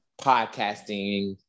podcasting